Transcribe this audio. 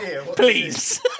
Please